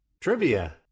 Trivia